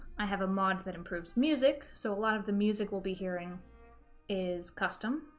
i have a mod that improves music, so a lot of the music we'll be hearing is custom.